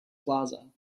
plaza